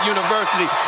University